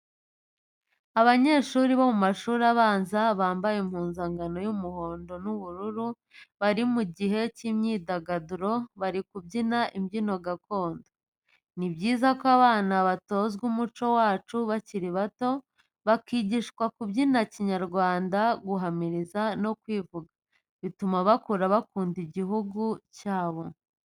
Abanyeshuri bo mu mashuri abanza bambaye impuzankano y'umuhondo n'ubururu, bari mu gihe cy'imyidagaduro, bari kubyina imbyino gakondo. ni byiza ko abana batozwa umuco wacu bakiri bato, bakigishwa kubyina kinyarwanda, guhamiriza no kwivuga, bituma kakura bakunda igihugu cyabo.